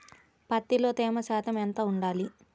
పత్తిలో తేమ శాతం ఎంత ఉండాలి?